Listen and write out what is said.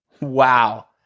Wow